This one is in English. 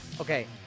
Okay